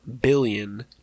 billion